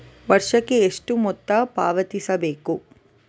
ವರ್ಷಕ್ಕೆ ಎಷ್ಟು ಮೊತ್ತ ಪಾವತಿಸಬೇಕು?